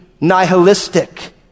nihilistic